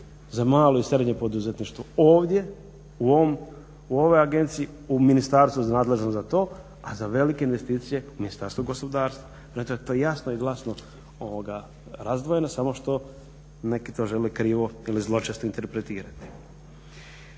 za malo i srednje poduzetništvo. Ovdje u ovoj agenciji u ministarstvu nadležnom za to, a za velike investicije Ministarstvo gospodarstva. Prema tome to je jasno i glasno razdvojeno samo to neki žele krivo ili zločesto interpretirati.